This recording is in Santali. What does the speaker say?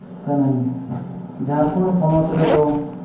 ᱠᱟᱹᱱᱟᱹᱧ ᱡᱷᱟᱲᱠᱷᱚᱸᱰ ᱯᱚᱱᱚᱛ ᱨᱮᱫᱚ